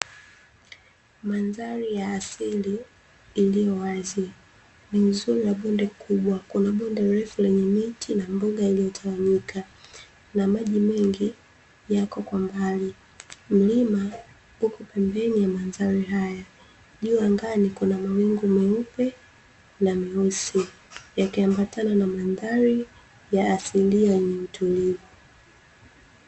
Mandhari ya asili iliyo wazi; ni nzuri na bonde kubwa. Kuna bonde refu lenye miti, na mbuga iliyotawanyika, na maji mengi yako kwa mbali. Milima iko pembeni ya mandhari haya, juu angani kuna mawingu meupe na meusi yakiambatana na mandhari asilia yenye utulivu.